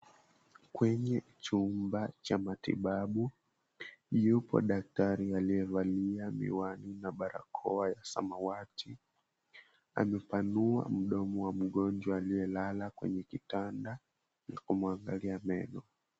Kwenye chumba cha matibabu, yupo daktari aliyevalia miwani na barakoa ya samawati. Amepanua mdomo wa mgonjwa aliyelala kwenye kitanda na kumuangalia meno.